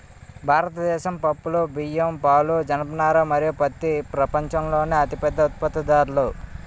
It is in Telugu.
భారతదేశం పప్పులు, బియ్యం, పాలు, జనపనార మరియు పత్తి ప్రపంచంలోనే అతిపెద్ద ఉత్పత్తిదారులు